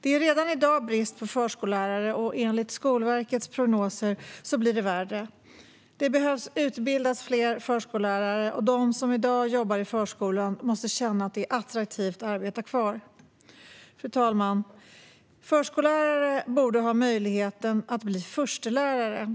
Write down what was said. Det är redan i dag brist på förskollärare. Och enligt Skolverkets prognoser kommer det att bli värre. Det behöver utbildas fler förskollärare, och de som i dag jobbar i förskolan måste känna att det är attraktivt att arbeta kvar. Fru talman! Förskollärare borde ha möjlighet att blir förstelärare.